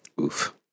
Oof